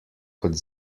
kot